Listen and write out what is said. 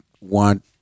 want